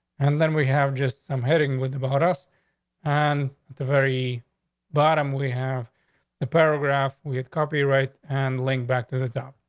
and then we have just from um hearing with about us and the very bottom, we have the paragraph we have copy, right, and link back to the job.